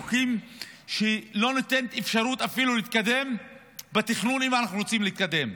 חוקים שלא נותנים אפשרות אפילו להתקדם בתכנון אם אנחנו רוצים להתקדם.